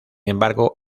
embargo